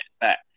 back